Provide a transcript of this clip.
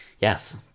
yes